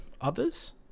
others